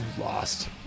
Lost